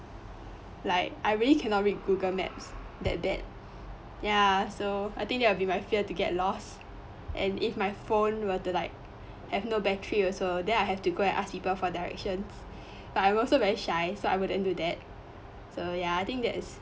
like I really cannot read google maps that bad ya so I think that would be my fear to get lost and if my phone were to like have no battery also then I have to go and ask people for directions but i'm also very shy so I wouldn't do that so ya I think that is